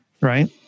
right